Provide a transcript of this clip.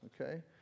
okay